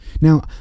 Now